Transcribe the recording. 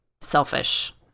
selfish